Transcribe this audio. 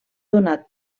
donat